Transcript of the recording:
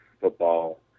football